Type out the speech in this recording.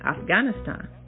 Afghanistan